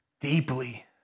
deeply